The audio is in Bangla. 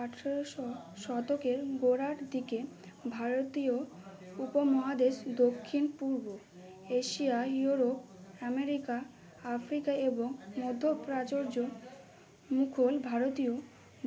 আঠেরোশো শতকের গোড়ার দিকে ভারতীয় উপমহাদেশ দক্ষিণ পূর্ব এশিয়া ইউরোপ আমেরিকা আফ্রিকা এবং মধ্যপ্রাচুর্য মুঘল ভারতীয়